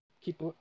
keep